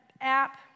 app